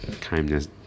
kindness